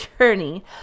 journey